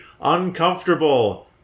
uncomfortable